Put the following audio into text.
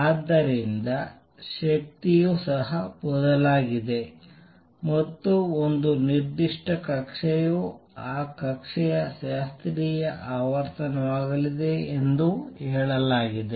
ಆದ್ದರಿಂದ ಶಕ್ತಿಯು ಸಹ ಬದಲಾಗಲಿದೆ ಮತ್ತು ಒಂದು ನಿರ್ದಿಷ್ಟ ಕಕ್ಷೆಯು ಆ ಕಕ್ಷೆಯ ಶಾಸ್ತ್ರೀಯ ಆವರ್ತನವಾಗಲಿದೆ ಎಂದು ಹೇಳಲಾಗಿದೆ